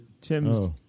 Tim's